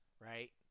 right